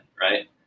Right